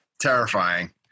terrifying